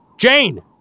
Jane